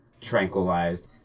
tranquilized